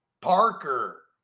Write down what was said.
Parker